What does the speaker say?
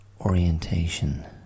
orientation